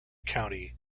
county